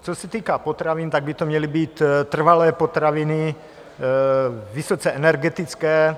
Co se týká potravin, tak by to měly být trvanlivé potraviny, vysoce energetické.